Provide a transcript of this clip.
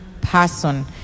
person